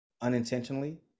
unintentionally